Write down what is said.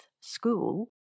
school